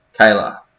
Kayla